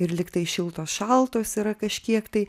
ir lygtai šiltos šaltos yra kažkiek tai